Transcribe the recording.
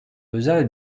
özel